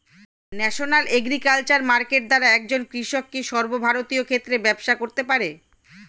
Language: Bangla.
ন্যাশনাল এগ্রিকালচার মার্কেট দ্বারা একজন কৃষক কি সর্বভারতীয় ক্ষেত্রে ব্যবসা করতে পারে?